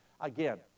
Again